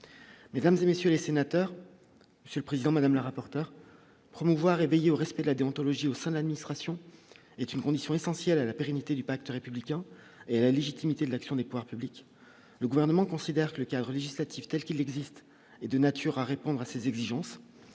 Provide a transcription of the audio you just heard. mesdames et messieurs les sénateurs, Monsieur le Président Madame la rapporteure promouvoir et veiller au respect de la déontologie au sein de l'administration est une condition essentielle à la pérennité du pacte républicain et la légitimité de l'action des pouvoirs publics, le gouvernement considère que le cadre législatif tels qu'ils existent et de nature à répondre à ces exigences